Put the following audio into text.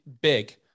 big